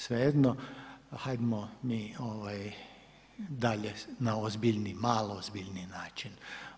Svejedno, hajmo mi dalje na ozbiljniji, malo ozbiljniji način.